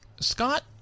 Scott